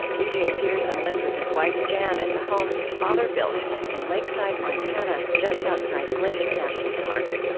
eugene peterson lives with his wife, jan, at the home his father built in lakeside, montana, just outside glacier national park